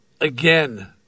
again